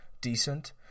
decent